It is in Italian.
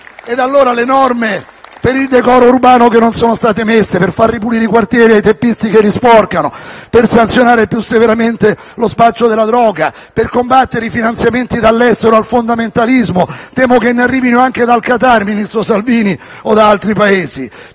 inserite le norme per il decoro urbano, per far ripulire i quartieri ai teppisti che li sporcano, per sanzionare più severamente lo spaccio della droga, per combattere i finanziamenti dall'estero al fondamentalismo (temo che ne arrivino anche dal Qatar, ministro Salvini, o da altri Paesi).